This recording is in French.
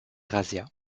razzias